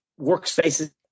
workspaces